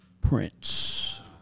Prince